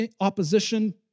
opposition